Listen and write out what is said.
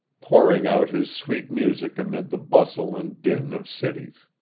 pouring out his sweet music amid the bustle and din of cities.